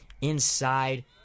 inside